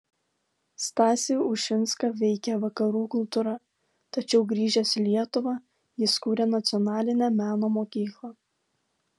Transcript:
stasį ušinską veikė vakarų kultūra tačiau grįžęs į lietuvą jis kūrė nacionalinę meno mokyklą